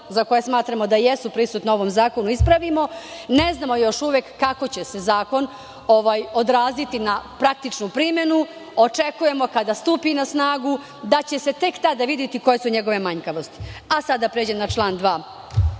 za koje smatramo da jesu prisutne u ovom zakonu, ispravimo. Još uvek ne znamo kako će se ovaj zakon odraziti na praktičnu primenu. Očekujemo, kada stupi na snagu, da će se tek tada videti koje su njegove manjkavosti. Sada prelazim na član 2.